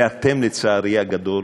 ואתם, לצערי הגדול,